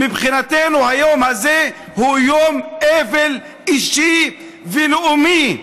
מבחינתנו היום הזה הוא יום אבל אישי ולאומי.